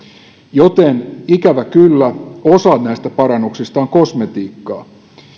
joten ikävä kyllä osa näistä parannuksista on kosmetiikkaa